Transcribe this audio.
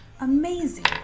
Amazing